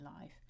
life